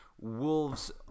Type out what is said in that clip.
Wolves